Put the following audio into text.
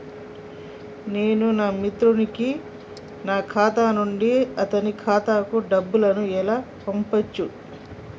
నేను నా మిత్రుడి కి నా ఖాతా నుండి అతని ఖాతా కు డబ్బు ను ఎలా పంపచ్చు?